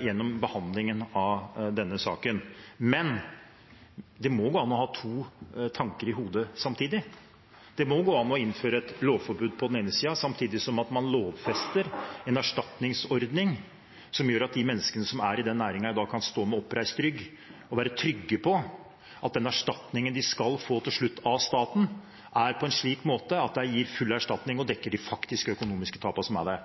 gjennom behandlingen av denne saken, men det må gå an å ha to tanker i hodet samtidig. Det må gå an å innføre et lovforbud på den ene siden, samtidig som man lovfester en erstatningsordning som gjør at de menneskene som er i næringen i dag, kan stå med oppreist rygg og være trygge på at den erstatningen de til slutt skal få av staten, gir full erstatning og dekker de faktiske økonomiske tapene.